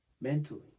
Mentally